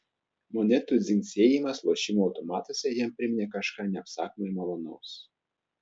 monetų dzingsėjimas lošimo automatuose jam priminė kažką neapsakomai malonaus